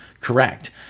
correct